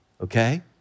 okay